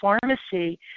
pharmacy